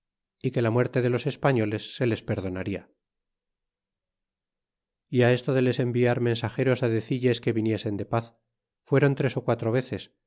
é que la muerte de los españoles se les perdonarla y á esto de les enviar metísageros á dediles que viniesen de paz fueron tres ó quin veces